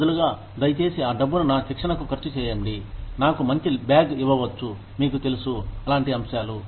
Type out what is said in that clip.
బదులుగా దయచేసి ఆ డబ్బును నా శిక్షణకు ఖర్చు చేయండి నాకు మంచి బ్యాగ్ ఇవ్వవచ్చు మీకు తెలుసు అలాంటి అంశాలు